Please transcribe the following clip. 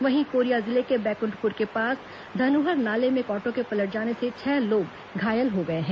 वहीं कोरिया जिले के बैकुंठपुर के पास धनुहर नाले में एक ऑटो के पलट जाने से छह लोग घायल हो गए हैं